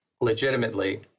legitimately